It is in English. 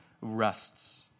Rests